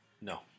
No